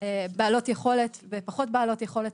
לבעלות יכולת וגם למי שפחות בעלות יכולת.